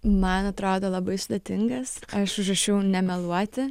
man atrodo labai sudėtingas aišku užrašiau nemeluoti